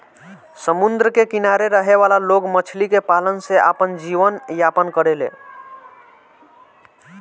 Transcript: समुंद्र के किनारे रहे वाला लोग मछली के पालन से आपन जीवन यापन करेले